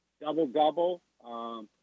double-double